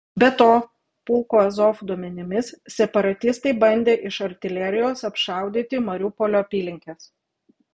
be to pulko azov duomenimis separatistai bandė iš artilerijos apšaudyti mariupolio apylinkes